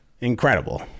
incredible